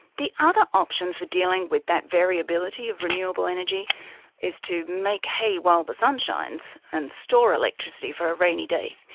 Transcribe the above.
the other option for dealing with that variability of renewable energy is to make hay while the sun shines and store electricity for a rainy day.